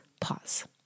pause